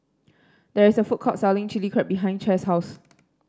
there is a food court selling Chilli Crab behind Chaz's house